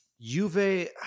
Juve